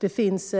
Det finns